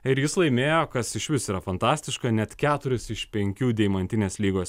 ir jis laimėjo kas išvis yra fantastiška net keturis iš penkių deimantinės lygos